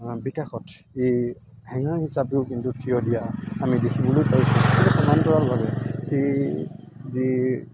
বিকাশত এই হেঙাৰ হিচাপেও কিন্তু থিয় দিয়া আমি দেখিবলৈ পাইছোঁ ইয়াৰ সমান্তৰালভাৱে এই যি